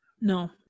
No